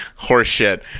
Horseshit